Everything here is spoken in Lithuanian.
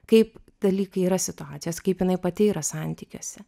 kaip dalykai yra situacijos kaip jinai pati yra santykiuose